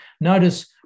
Notice